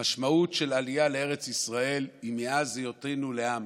המשמעות של עלייה לארץ ישראל היא מאז היותנו לעם.